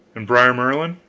and brer merlin?